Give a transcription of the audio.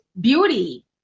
beauty